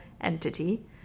entity